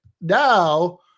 now